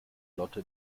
lotte